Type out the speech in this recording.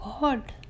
God